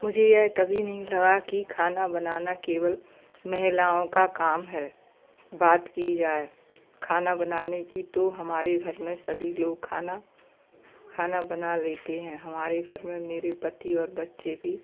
मुझे यह कभी नहीं लगा कि खाना बनाना केवल महिलाओं का काम है बात की जाए खाना बनाने की तो हमारे घर में सभी लोग खाना खाना बना लेते हैं हमारे घर में मेरे पति और बच्चे भी